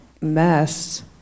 mess